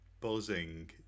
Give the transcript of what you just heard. buzzing